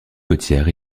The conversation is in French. côtière